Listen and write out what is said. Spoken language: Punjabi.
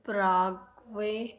ਪਰਾਗ ਗੋਏ